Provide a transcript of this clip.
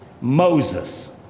Moses